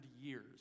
years